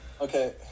Okay